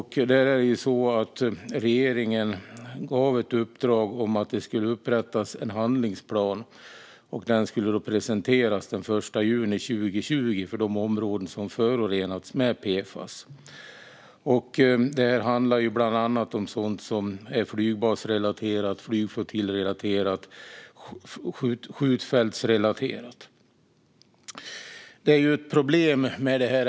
Regeringen gav ett uppdrag att upprätta en handlingsplan som skulle presenteras den 1 juni 2020 för de områden som förorenats med PFAS. Det handlar bland annat om sådant som är flygbasrelaterat, flygflottiljsrelaterat och skjutfältsrelaterat. Det finns problem med ämnet.